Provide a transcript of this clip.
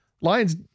Lions